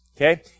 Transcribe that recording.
Okay